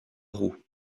roues